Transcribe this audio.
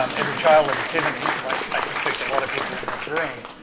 um as a child of the seventy s, like i suspect a lot of people in this room,